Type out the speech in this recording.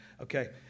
Okay